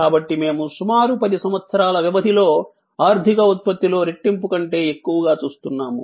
కాబట్టి మేము సుమారు 10 సంవత్సరాల వ్యవధిలో ఆర్థిక ఉత్పత్తిలో రెట్టింపు కంటే ఎక్కువగా చూస్తున్నాము